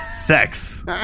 Sex